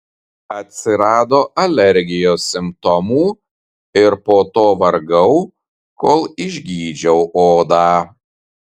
atsirado alergijos simptomų ir po to vargau kol išgydžiau odą